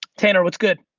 tanner, what's good?